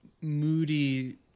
moody